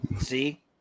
See